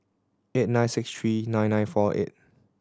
eight nine six three nine nine four eight